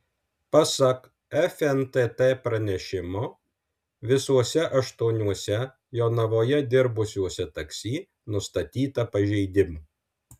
pasak fntt pranešimo visuose aštuoniuose jonavoje dirbusiuose taksi nustatyta pažeidimų